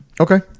Okay